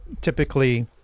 typically